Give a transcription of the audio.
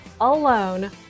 alone